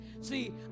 See